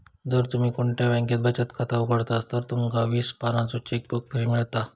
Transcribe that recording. जर तुम्ही कोणत्या बॅन्केत बचत खाता उघडतास तर तुमका वीस पानांचो चेकबुक फ्री मिळता